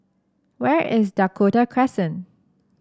where is Dakota Crescent